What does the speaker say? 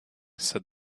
said